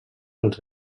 els